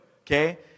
Okay